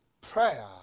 prayer